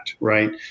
right